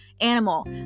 animal